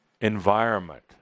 environment